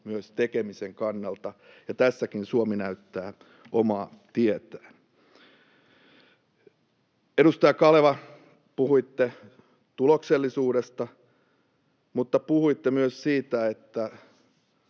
myös tekemisen kannalta, ja tässäkin Suomi näyttää omaa tietään. Edustaja Kaleva, puhuitte tuloksellisuudesta, mutta puhuitte myös siitä, että